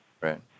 Right